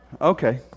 Okay